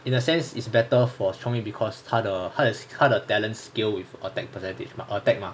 in a sense is better for chong yun because 他的他的 talent skill is a~ attack percentage attack mah